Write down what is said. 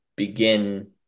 begin